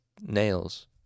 nails